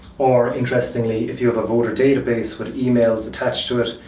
or, interestingly, if you have a voter database with emails attached to it,